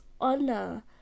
honor